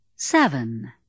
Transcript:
Seven